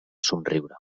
somriure